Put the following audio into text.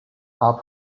are